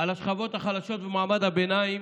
על השכבות החלשות ומעמד הביניים,